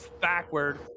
backward